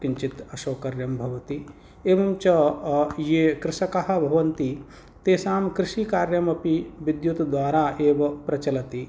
किञ्चित् असौकर्यं भवति एवं च ये कृषकाः भवन्ति तेषां कृषिकार्यमपि विद्युत् द्वारा एव प्रचलति